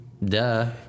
Duh